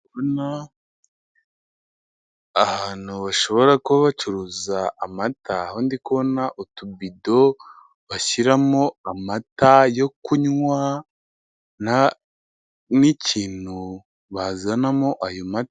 Ahantu bashobora kuba bacuruza amata aho ndikubona kubona utubido bashyiramo amata yo kunywa n'ikintu bazanamo ayo mata.